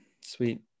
Sweet